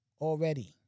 already